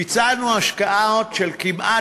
ביצענו השקעה של כמעט,